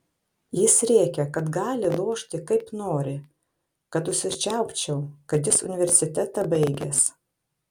jis rėkė kad gali lošti kaip nori kad užsičiaupčiau kad jis universitetą baigęs